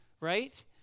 right